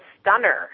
stunner